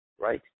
right